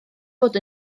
bod